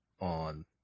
on